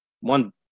one